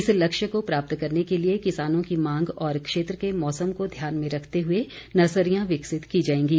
इस लक्ष्य को प्राप्त करने के लिए किसानों की मांग और क्षेत्र के मौसम को ध्यान में रखते हुए नर्सरियां विकसित की जाएंगी